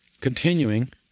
continuing